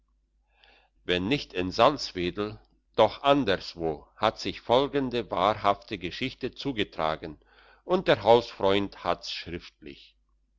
wenn nicht in salzwedel doch anderswo hat sich folgende wahrhafte geschichte zugetragen und der hausfreund hat's schriftlich